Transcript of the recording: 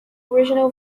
original